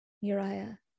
Uriah